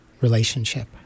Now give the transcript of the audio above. relationship